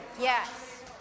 Yes